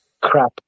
crap